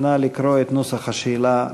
נא לקרוא את נוסח השאלה לשר.